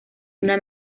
una